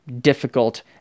difficult